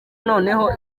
noneho